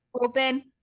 Open